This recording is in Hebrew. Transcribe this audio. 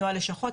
נוהל לשכות,